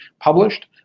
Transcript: published